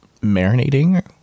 marinating